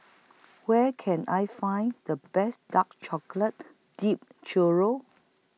Where Can I Find The Best Dark Chocolate Dipped Churro